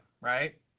right